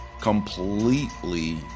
completely